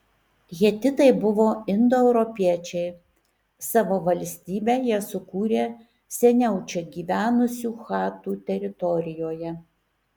hetitai buvo indoeuropiečiai savo valstybę jie sukūrė seniau čia gyvenusių chatų teritorijoje